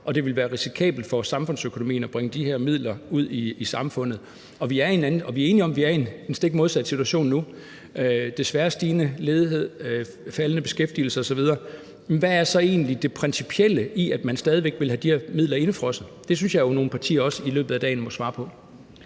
og det ville være risikabelt for samfundsøkonomien at bringe de her midler ud i samfundet, og vi er enige om, at vi er i en stik modsat situation nu – med desværre stigende ledighed, faldende beskæftigelse osv. – hvad er så egentlig det principielle i, at man stadig væk vil have de her midler indefrosset? Det synes jeg jo også at nogle partier i løbet af dagen må svare på.